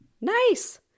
Nice